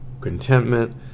contentment